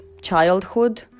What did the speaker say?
childhood